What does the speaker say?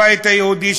הבית היהודי,